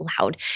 loud